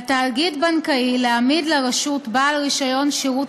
על תאגיד בנקאי להעמיד לרשות בעל רישיון שירות